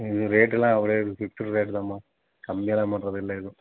இது ரேட்டெலாம் ஒரே ஃபிக்ஸ்ட் ரேட் தாம்மா கம்மியால்லாம் தான் பண்றதில்ல எதுவும்